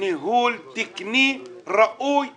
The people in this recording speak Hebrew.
ועם ניהול תקני ראוי לציון.